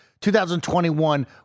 2021